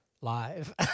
live